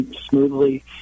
smoothly